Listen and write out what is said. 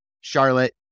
Charlotte